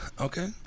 Okay